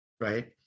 right